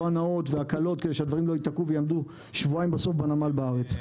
ההקלות כדי שהדברים לא יתקעו ויעמדו בסוף שבועיים בנמל בארץ.